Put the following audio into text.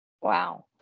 Wow